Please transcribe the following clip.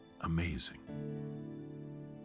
amazing